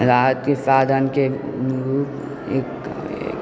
साधनके